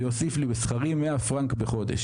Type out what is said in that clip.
ואמר לי שעל כך יוסיף לי בשכרי 100 פרנק בחודש.